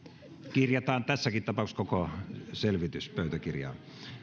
kirjataan tässäkin tapauksessa koko selvitys pöytäkirjaan